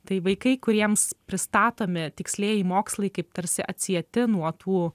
tai vaikai kuriems pristatomi tikslieji mokslai kaip tarsi atsieti nuo tų